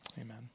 Amen